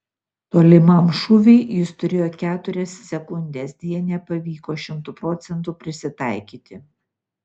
tolimam šūviui jis turėjo keturias sekundes deja nepavyko šimtu procentų prisitaikyti